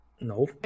No